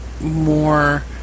more